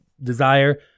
desire